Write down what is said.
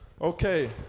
Okay